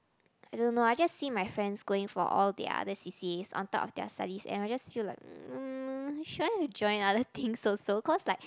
I don't know I just see my friends going for all the other C_C_As on top of their studies and I just feel like mm should I join other things also cause like